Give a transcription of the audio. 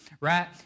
right